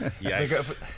Yes